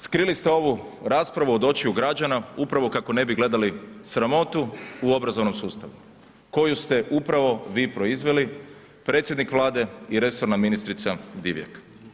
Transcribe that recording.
Skrili ste ovu raspravu od očiju građana upravo kako ne bi gledali sramotu u obrazovnom sustavu koju ste upravo vi proizveli, predsjednik Vlade i resorna ministrica Divjak.